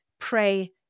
pray